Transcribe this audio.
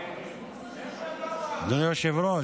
אדוני היושב-ראש.